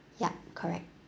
yup correct